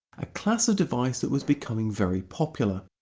a class of device that was becoming very popular.